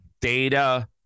data